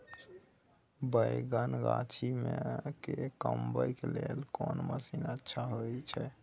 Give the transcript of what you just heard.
बैंगन गाछी में के कमबै के लेल कोन मसीन अच्छा होय छै?